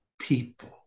people